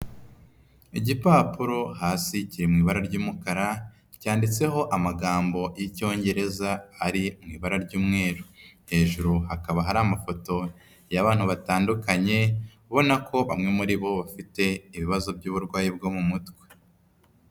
Igipapuro hasi kiri mu ibara ry'umukara, cyanditseho amagambo y'Icyongereza ari mu ibara ry'umweru, hejuru hakaba hari amafoto y'abantu batandukanye, ubona ko bamwe muri bo bafite ibibazo by'uburwayi bwo mu mutwe.